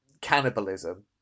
cannibalism